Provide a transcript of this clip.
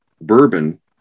bourbon